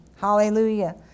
hallelujah